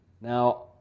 now